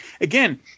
again